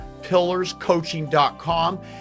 pillarscoaching.com